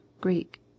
greek